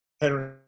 Henry